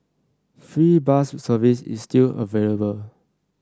free bus service is still available